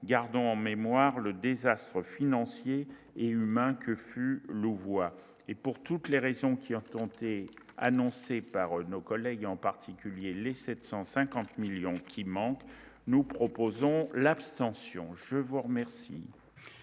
gardons en mémoire le désastre financier et humain que fut Louvois et pour toutes les régions qui ont tenté, annoncés par nos collègues en particulier les 750 millions qui manquent, nous proposons l'abstention, je vous remercie.